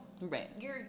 Right